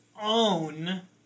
own